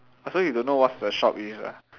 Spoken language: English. so you don't know what's the shop is it ah